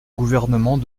gouvernement